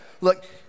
Look